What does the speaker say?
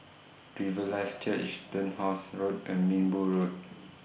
Riverlife Church Turnhouse Road and Minbu Road